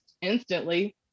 instantly